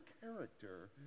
character